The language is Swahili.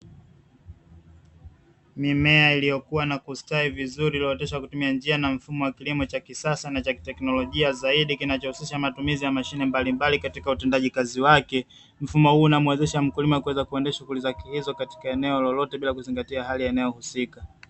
Mimea iliyokuwa na kustawi vizuri iliyooteshwa kutumia njia na mfumo wa kilimo cha kisasa na cha kiteknolojia zaidi kinachohusisha matumizi ya mashine mbalimbali katika utendaji kazi wake, mfumo huu unamuwezesha mkulima kuweza kuendesha shughuli zake hizo katika eneo lolote bila kuzingatia hali ya eneo husika.